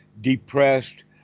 depressed